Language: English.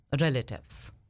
relatives